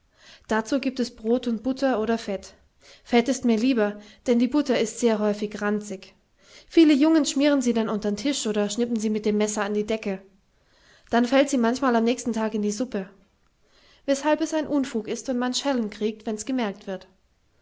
dazu giebt es brot und butter oder fett fett ist mir lieber denn die butter ist sehr häufig ranzig viele jungens schmieren sie dann untern tisch oder schnippen sie mit dem messer an die decke dann fällt sie manchmal nächsten tag in die suppe weshalb es ein unfug ist und man schellen kriegt wenns gemerkt wird